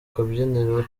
kabyiniro